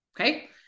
Okay